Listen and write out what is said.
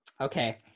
Okay